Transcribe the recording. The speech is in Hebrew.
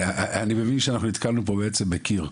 אני מבין שאנחנו נתקלנו פה בעצם בקיר.